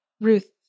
Ruth